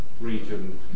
region